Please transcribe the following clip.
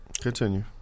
Continue